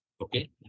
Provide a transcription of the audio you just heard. okay